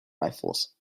rifles